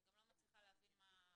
אני גם לא מצליחה להבין על מה